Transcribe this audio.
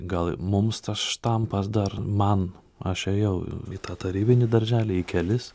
gal mums tas štampas dar man aš ėjau į į tą tarybinį darželį į kelis